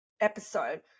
episode